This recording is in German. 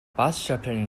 bartstoppeln